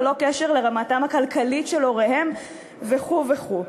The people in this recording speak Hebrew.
ללא קשר לרמה הכלכלית של הוריהם וכו' וכו'.